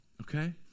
okay